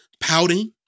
pouting